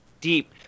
deep